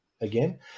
again